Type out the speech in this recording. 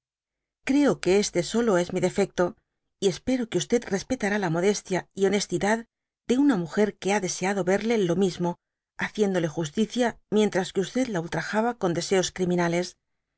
creo que este sob es mi defecto y espero que respetará la modestia y honestidad de una muger que ha deseado verle lo mismo haciéndole justicia mientras que if ultrajaba con deseos criminales